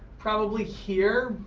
probably here.